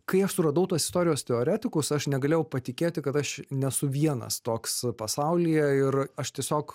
kai aš suradau tuos istorijos teoretikus aš negalėjau patikėti kad aš nesu vienas toks pasaulyje ir aš tiesiog